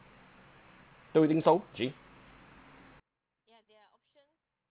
don't you think so jay